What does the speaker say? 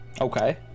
Okay